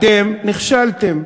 אתם נכשלתם.